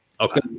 okay